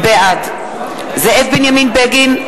בעד זאב בנימין בגין,